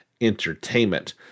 Entertainment